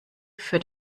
führt